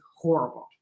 horrible